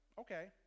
okay